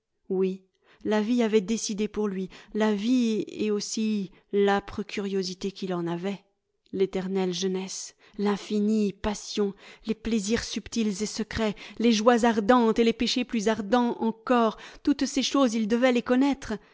oui la vie avait décidé pour lui la vie et aussi l'âpre curiosité qu'il en avait l'éternelle jeunesse l'infinie passion les plaisirs subtils et secrets les joies ardentes et les péchés plus ardents encore toutes ces choses il devait les connaître